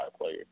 player